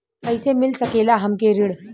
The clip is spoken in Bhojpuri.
कइसे मिल सकेला हमके ऋण?